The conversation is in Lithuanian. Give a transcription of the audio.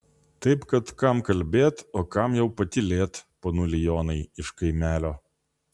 taip kad kam kalbėt o kam jau patylėt ponuli jonai iš kaimelio